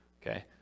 Okay